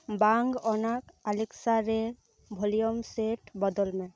ᱵᱟᱝ ᱚᱱᱟᱜ ᱟᱞᱮᱠᱥᱟ ᱨᱮ ᱵᱷᱚᱞᱤᱭᱩᱢ ᱥᱮᱴ ᱵᱚᱫᱚᱞ ᱢᱮ